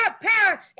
power